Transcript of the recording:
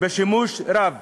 בשימוש רב